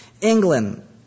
England